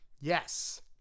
Yes